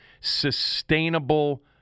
sustainable